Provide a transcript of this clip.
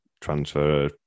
transfer